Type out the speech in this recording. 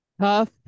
Tough